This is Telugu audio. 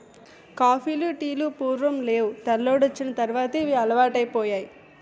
కాపీలు టీలు పూర్వం నేవు తెల్లోడొచ్చిన తర్వాతే ఇవి అలవాటైపోనాయి